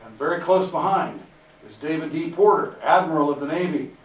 very close behind is david d. porter, admiral of the navy.